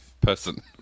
person